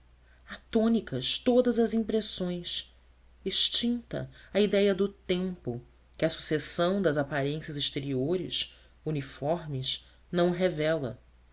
vida atônicas todas as impressões extinta a idéia do tempo que a sucessão das aparências exteriores uniformes não revela